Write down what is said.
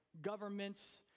governments